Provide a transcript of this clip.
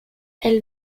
elle